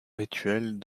rituelles